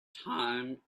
time